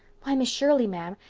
why, miss shirley, ma'am,